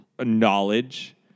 knowledge